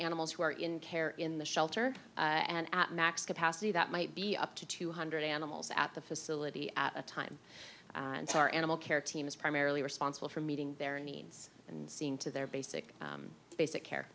animals who are in care in the shelter and at max capacity that might be up to two hundred animals at the facility at a time and so our animal care team is primarily responsible for meeting their needs and seeing to their basic basic care